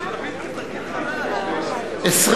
בממשלה לא נתקבלה.